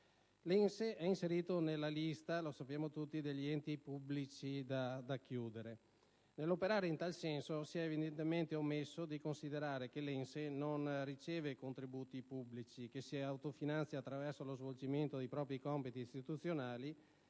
l'ENSE è inserito nella lista degli enti pubblici da chiudere. Nell'operare in tal senso si è evidentemente omesso di considerare che l'ENSE non riceve contributi pubblici, che si autofinanzia attraverso lo svolgimento dei propri compiti istituzionali